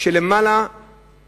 של יותר מ-50%.